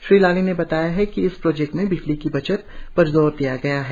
श्री लाली ने बताया है है कि इस प्रोजेक्ट में बीजली की बचत पर जोर दिया गया है